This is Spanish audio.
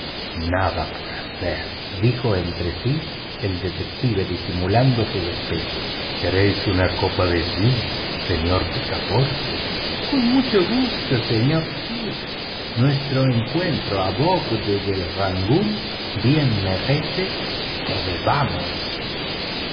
nada por hacer dijo entre sí el detective disimulando su despecho queréis una copa de gin señor picaporte con mucho gusto señor fix nuestro encuentro a bordo del rangoon bien merece que bebamos